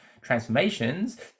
transformations